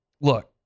Look